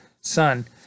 sun